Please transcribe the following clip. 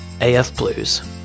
afblues